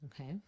okay